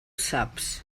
saps